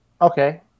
Okay